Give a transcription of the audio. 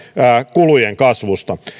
kulujen kasvusta